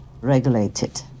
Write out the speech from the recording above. regulated